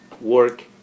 work